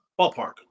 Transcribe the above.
ballpark